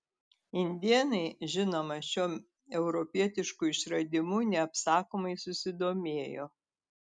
indėnai žinoma šiuo europietišku išradimu neapsakomai susidomėjo